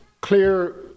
clear